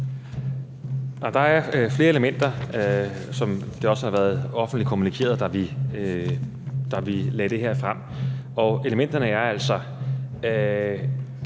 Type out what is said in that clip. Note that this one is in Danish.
Der er flere elementer, som det også har været offentligt kommunikeret, da vi lagde det her frem, og elementerne er altså,